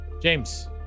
James